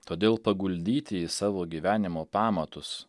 todėl paguldyti į savo gyvenimo pamatus